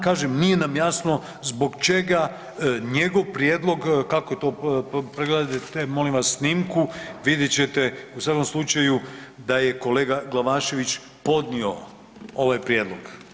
Kažem, nije nam jasno zbog čega njegov prijedlog, kako to, pregledajte, molim vas snimku, vidjet ćete u svakom slučaju da je kolega Glavašević podnio ovaj prijedlog.